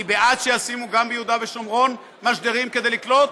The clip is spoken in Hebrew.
אני בעד שישימו גם ביהודה ושומרון משדרים כדי לקלוט,